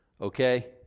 okay